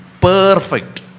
Perfect